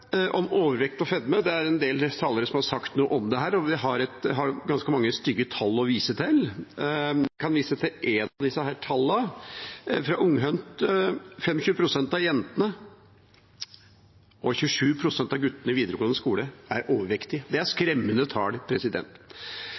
om overvekt og fedme. Det er en del talere som har sagt noe om dette, og vi har ganske mange stygge tall å vise til. Jeg kan vise til ett av disse tallene, hentet fra Ung-HUNT. 25 pst. av jentene og 27 pst. av guttene i videregående skole er overvektige. Det er skremmende tall.